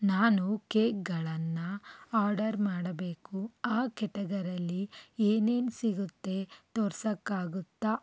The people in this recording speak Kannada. ನಾನು ಕೇಕ್ಗಳನ್ನು ಆಡರ್ ಮಾಡಬೇಕು ಆ ಕೆಟಗರಲಿ ಏನೇನು ಸಿಗುತ್ತೆ ತೋರಿಸೋಕ್ಕಾಗುತ್ತಾ